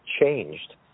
changed